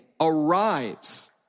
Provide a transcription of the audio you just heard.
arrives